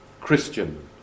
Christian